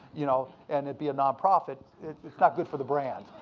you know and it be a nonprofit, it's it's not good for the brand.